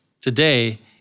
Today